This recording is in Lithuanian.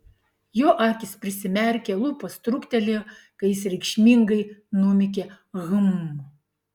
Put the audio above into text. jo akys prisimerkė lūpos truktelėjo kai jis reikšmingai numykė hm